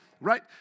right